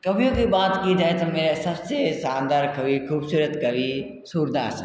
कवियों की बात की जाए तो मेरे सबसे शानदार कवि ख़ूबसूरत कवि सूरदास है